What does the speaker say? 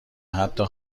حتا